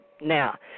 Now